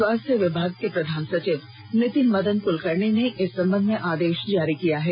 स्वास्थ्य विभाग के प्रधान सचिव नितिन मदन कुलकर्णी ने इस संबंध में आदेश जारी किया है